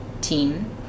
team